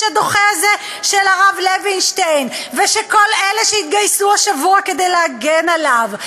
הדוחה הזה של הרב לוינשטיין ושל כל אלה שהתגייסו השבוע כדי להגן עליו.